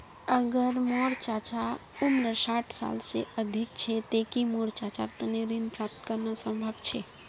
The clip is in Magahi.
अगर मोर चाचा उम्र साठ साल से अधिक छे ते कि मोर चाचार तने ऋण प्राप्त करना संभव छे?